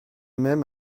même